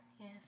Yes